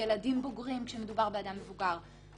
ילדים בוגרים כשמדובר באדם מבוגר.